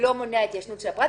זה לא מונע התיישנות שעברה,